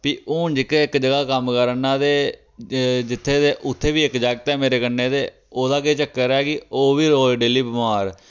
फ्ही हून जेह्का इक जगह् कम्म करा ना ते जित्थे ते उत्थे बी इक जागत ऐ मेरे कन्नै ते ओह्दा केह् चक्कर ऐ कि ओह् बी रोज़ डेली बमार